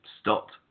stopped